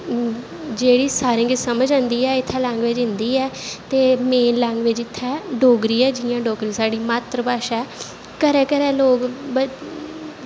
जेह्ड़ी सारें गी समझ आंदी ऐ लैंगवेज़ इत्थें हिन्दी ऐ ते मेन लैंग्वेज़ इत्थें डोगरी ऐ जियां डोगरी साढ़ी मात्तर भाशा ऐ घरैं घरैं लोग